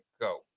go